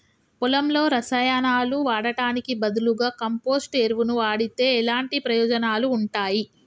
పొలంలో రసాయనాలు వాడటానికి బదులుగా కంపోస్ట్ ఎరువును వాడితే ఎలాంటి ప్రయోజనాలు ఉంటాయి?